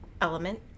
element